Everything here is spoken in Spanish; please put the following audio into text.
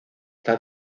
está